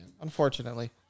unfortunately